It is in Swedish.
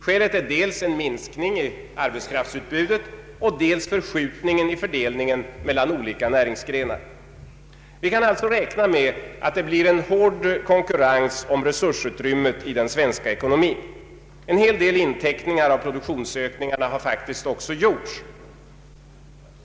Skälet är dels en minskning i arbetskraftsutbudet, dels en förskjutning i fördelningen mellan olika näringsgrenar. Vi kan alltså räkna med att det blir en hård konkurrens om resursutrymmet i den svenska ekonomin. En hel del inteckningar av produktionsökningarna har faktiskt också gjorts.